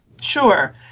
Sure